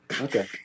Okay